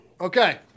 Okay